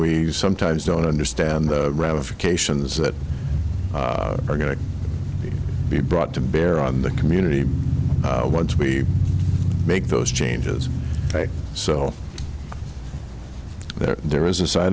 we sometimes don't understand the ramifications that are going to be brought to bear on the community once we make those changes so that there is a side